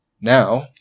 Now